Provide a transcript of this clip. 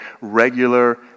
regular